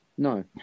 No